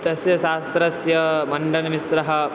तस्य शास्त्रस्य मण्डनमिश्रः